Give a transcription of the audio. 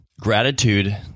Gratitude